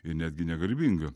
ir netgi negarbinga